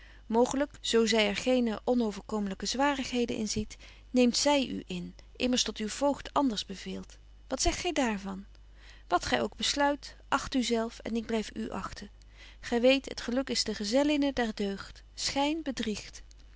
mooglyk zo zy er geene onoverkomelyke zwarigheden in ziet neemt zy u in immers tot uw voogd anders beveelt wat zegt gy daar van wat gy ook besluit acht u zelf en ik blyf u achten gy weet het geluk is de gezellinne der deugd schyn bedriegt